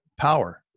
power